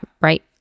right